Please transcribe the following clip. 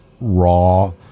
raw